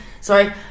sorry